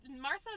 Martha